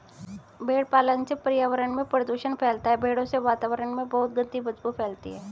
भेड़ पालन से पर्यावरण में प्रदूषण फैलता है भेड़ों से वातावरण में बहुत गंदी बदबू फैलती है